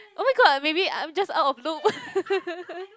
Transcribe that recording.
oh-my-god maybe I'm just out of loop